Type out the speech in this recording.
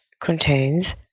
contains